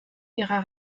ihrer